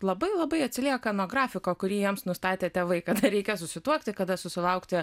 labai labai atsilieka nuo grafiko kurį jiems nustatė tėvai kada reikia susituokti kada susilaukti